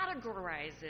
categorizes